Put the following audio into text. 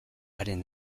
haren